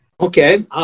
Okay